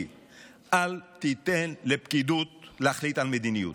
יואב, עד לפני כמה חודשים הייתי שר כמוך.